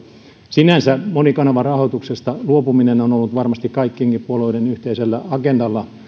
sinänsä monikanavarahoituksesta luopuminen on ollut varmasti kaikkien puolueiden yhteisellä agendalla